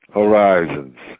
horizons